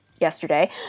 yesterday